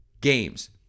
games